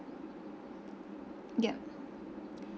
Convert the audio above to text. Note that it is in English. yup